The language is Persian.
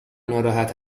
ناراحت